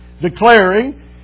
declaring